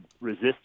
resist